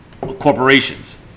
corporations